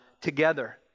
together